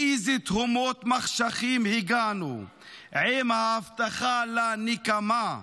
לאיזה תהומות מחשכים הגענו עם ההבטחה לנקמה.